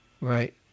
Right